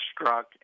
struck